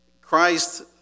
Christ